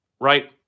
right